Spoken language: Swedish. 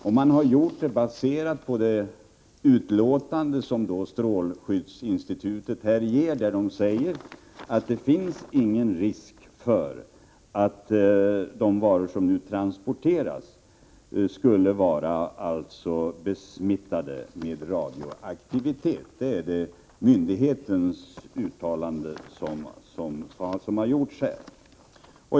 Användandet av fartyget var baserat på det utlåtande som strålskyddsinstitutet har avgivit, där det sägs att det inte finns någon risk för att de varor som nu transporteras skulle vara besmittade med radioaktivitet. Det är alltså det uttalande som har gjorts av myndigheten.